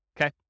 okay